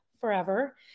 forever